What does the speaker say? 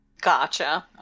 Gotcha